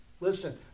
Listen